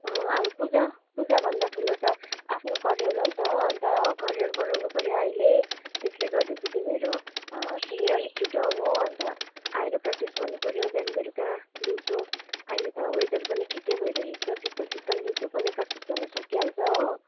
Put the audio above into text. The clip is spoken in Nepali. अँ अब पूजा पूजाभन्दा ठुलो त आफ्नो करियर हो नि त अन्त करियर बनाउनु पऱ्यो अहिले त्यसले गर्दा चाहिँ तिमीहरू तिमी अलिक छिटो आउनु अन्त आएर प्र्याक्टिस गर्नुपऱ्यो बिहान बेलुका दिउँसो अहिले त वेदर पनि ठिकै भइराखेको छ शीतल शीतल दिउँसो पनि प्र्याक्टिस गर्नु सकिहाल्छ हो